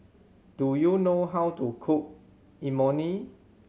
do you know how to cook Imoni